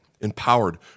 empowered